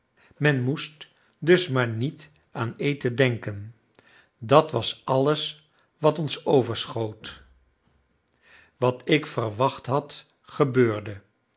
men moest dus maar niet aan eten denken dat was alles wat ons overschoot wat ik verwacht had gebeurde